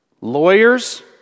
lawyers